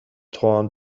torn